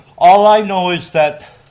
all i know is that